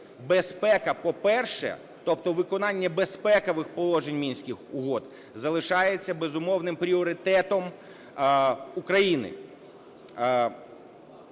"безпека – по-перше", тобто виконання безпекових положень Мінських угод, залишається безумовним пріоритетом України.